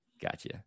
Gotcha